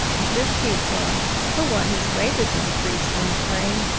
if this keeps on he'll want his wages increased, i am afraid.